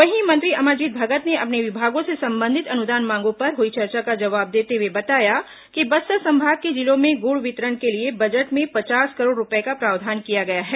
वहीं मंत्री अमरजीत भगत ने अपने विभागों से संबंधित अनुदान मांगों पर हुई चर्चा का जवाब देते हुए बताया कि बस्तर संभाग के जिलों में गुड़ वितरण के लिए बजट में पचास करोड़ रूपए का प्रावधान किया गया है